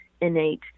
innate